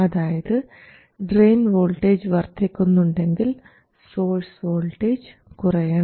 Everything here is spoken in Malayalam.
അതായത് ഡ്രയിൻ വോൾട്ടേജ് വർദ്ധിക്കുന്നുണ്ടെങ്കിൽ സോഴ്സ് വോൾട്ടേജ് കുറയണം